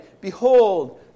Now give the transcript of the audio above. Behold